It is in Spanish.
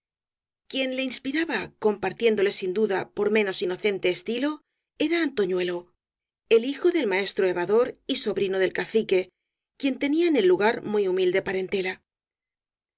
quien le inspiraba compartiéndole sin duda por menos inocente estilo era antoñuelo el hijo del fe maestro herrador y sobrino del cacique quien te nía en el lugar muy humilde parentela